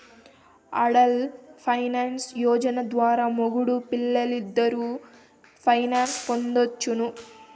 Atal pension Yojana ద్వారా మొగుడూ పెల్లాలిద్దరూ పెన్సన్ పొందొచ్చును